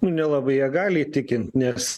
nu nelabai jie gali įtikint nes